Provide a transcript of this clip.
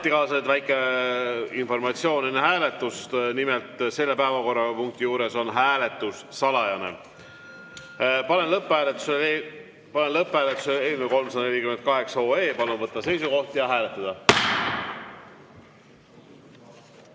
päevakorrapunkti juures on hääletus salajane. Panen lõpphääletusele eelnõu 348. Palun võtta seisukoht ja hääletada!